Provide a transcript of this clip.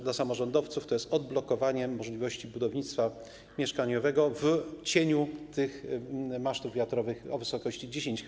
Dla samorządowców to jest odblokowanie możliwości budownictwa mieszkaniowego w cieniu tych masztów wiatrowych o wysokości 10H.